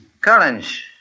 Collins